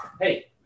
Hey